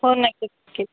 हो नाही ठीक आहे